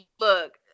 Look